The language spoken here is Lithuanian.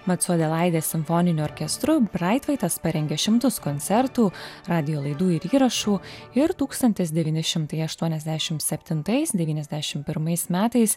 mat su odėlaidės simfoniniu orkestru braitvaitas parengė šimtus koncertų radijo laidų ir įrašų ir tūkstantis devyni šimtai aštuoniasdešim septintais devyniasdešim pirmais metais